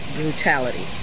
brutality